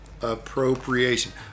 appropriation